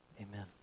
Amen